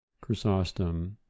Chrysostom